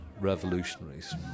revolutionaries